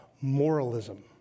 moralism